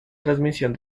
transmisión